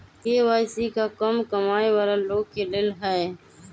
KYC का कम कमाये वाला लोग के लेल है?